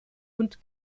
und